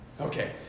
Okay